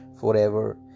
forever